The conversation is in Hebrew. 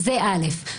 זה דבר אחד.